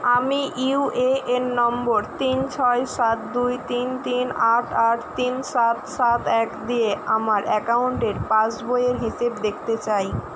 আমি U A N number তিন ছয় সাত দুই তিন তিন আট আট তিন সাত সাত এক দিয়ে আমার অ্যাকাউন্টের পাসবইয়ের হিসেব দেখতে চাই